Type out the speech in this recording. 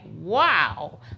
wow